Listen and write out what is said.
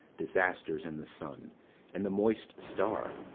disasters in the sun and the moist star,